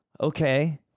Okay